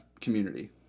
community